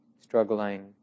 struggling